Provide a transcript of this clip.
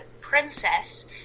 princess